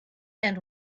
and